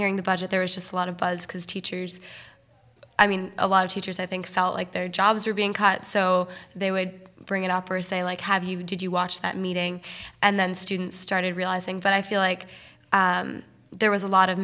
hearing the budget there is just a lot of buzz because teachers i mean a lot of teachers i think felt like their jobs are being cut so they would bring it up or say like have you did you watch that meeting and then students started realizing that i feel like there was a lot of